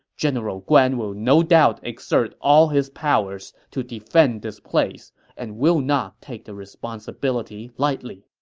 general guan will no doubt exert all his powers to defend this place and will not take the responsibility lightly.